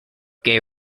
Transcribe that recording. gay